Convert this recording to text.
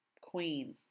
queen